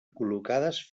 col·locades